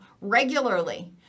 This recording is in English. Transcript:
regularly